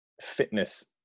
fitness